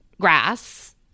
grass